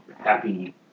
happy